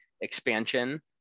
expansion